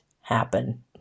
happen